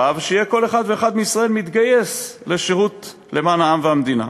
ושיהיה כל אחד ואחד מישראל מתגייס לשירות למען העם והמדינה.